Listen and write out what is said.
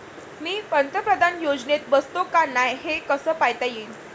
मी पंतप्रधान योजनेत बसतो का नाय, हे कस पायता येईन?